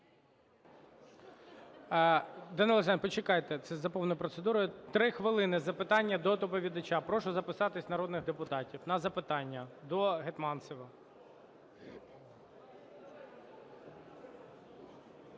Данило Олександрович, почекайте, це за повною процедурою. 3 хвилини – запитання до доповідача. Прошу записатися народних депутатів на запитання до Гетманцева.